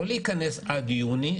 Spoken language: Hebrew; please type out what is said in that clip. לא להיכנס עד יוני,